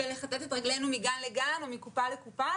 ולכתת את רגלינו מגן לגן או מקופה לקופה,